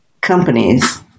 companies